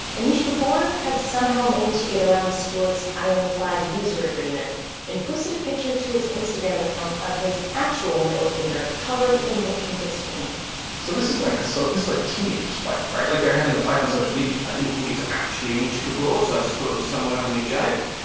anish kapoor had somehow managed to get around stuart's ironclad user agreement and posted a picture to his instagram account of his actual middle finger covered in the pinkest pink so this is like so like teenagers fighting. like they're having a fight on social media i didn't think it was actually anish kapoor, so i just thought it was someone having a joke.